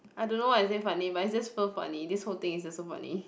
I don't know why is it funny but is just so funny this whole thing is just so funny